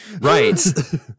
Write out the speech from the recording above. Right